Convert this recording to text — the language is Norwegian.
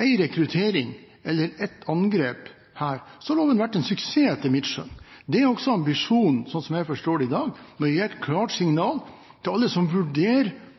én rekruttering eller ett angrep her, har loven vært en suksess etter mitt skjønn. Det er også ambisjonen i dag, sånn som jeg forstår det, å gi et klart signal til alle som vurderer